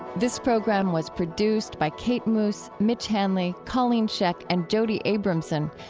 this program was produced by kate moos, mitch hanley, colleen scheck, and jody abramson.